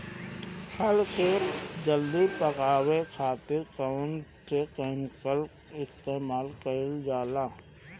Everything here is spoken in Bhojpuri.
फल के जल्दी पकावे खातिर कौन केमिकल इस्तेमाल कईल जाला?